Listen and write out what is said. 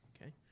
Okay